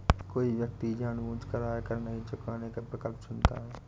कोई व्यक्ति जानबूझकर आयकर नहीं चुकाने का विकल्प चुनता है